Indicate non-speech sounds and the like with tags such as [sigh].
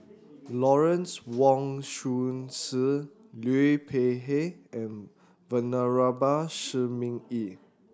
Lawrence Wong Shyun [unintelligible] Liu Peihe and Venerable Shi Ming Yi